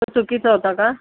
तो चुकीचा होता का